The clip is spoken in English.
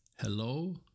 Hello